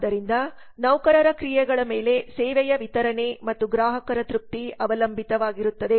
ಆದ್ದರಿಂದ ನೌಕರರ ಕ್ರಿಯೆಗಳ ಮೇಲೆ ಸೇವೆಯ ವಿತರಣೆ ಮತ್ತು ಗ್ರಾಹಕರ ತೃಪ್ತಿ ಅವಲಂಬಿತವಾಗಿರುತ್ತದೆ